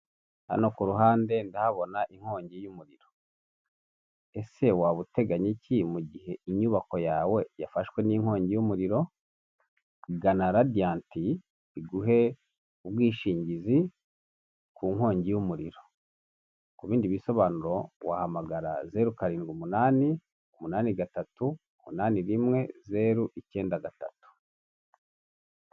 Hano ku ruhande ndahabona inkongi y'umuriro. Ese waba uteganya iki mu gihe inyubako yawe yafashwe n'inkongi y'umuriro? Gana radiyanti iguhe ubwishingizi ku nkongi y'umuriro. Ku bindi bisobanuro wahamagara zeru karindwi umunani, umunani gatatu, umunani rimwe, zeru, icyenda gatatu.